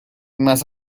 más